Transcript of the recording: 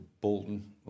Bolton